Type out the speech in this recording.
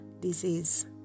disease